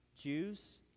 Jews